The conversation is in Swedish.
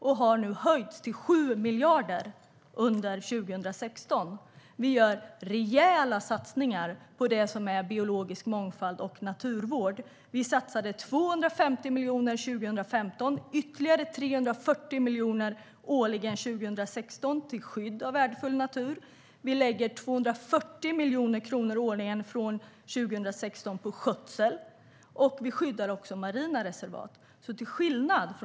De har nu höjts till 7 miljarder under 2016. Vi gör rejäla satsningar på det som är biologisk mångfald och naturvård. Vi satsade 250 miljoner 2015 och satsar ytterligare 340 miljoner årligen 2016 till skydd av värdefull natur. Vi lägger 240 miljarder årligen från 2016 på skötsel. Vi skyddar också marina reservat.